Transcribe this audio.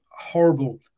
horrible